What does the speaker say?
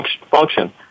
function